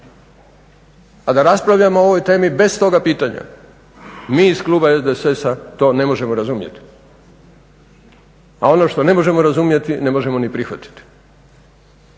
A da raspravljamo o ovoj temi bez toga pitanja mi iz kluba SDSS-a to ne možemo razumjeti. A ono što ne možemo razumjeti ne možemo ni prihvatiti.